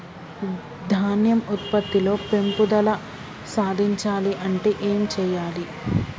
ధాన్యం ఉత్పత్తి లో పెంపుదల సాధించాలి అంటే ఏం చెయ్యాలి?